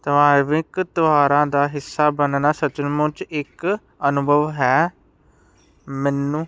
ਧਾਰਮਿਕ ਤਿਉਹਾਰਾਂ ਦਾ ਹਿੱਸਾ ਬਣਨਾ ਸੱਚਮੁੱਚ ਇੱਕ ਅਨੁਭਵ ਹੈ ਮੈਨੂੰ